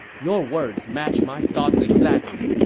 your words match my thoughts exactly.